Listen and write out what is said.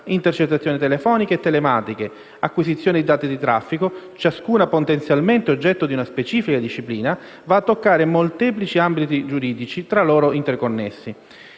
ambientali, telefoniche e telematiche, acquisizione di dati di traffico, ciascuna potenzialmente oggetto di una specifica disciplina, va a toccare molteplici ambiti giuridici tra loro interconnessi.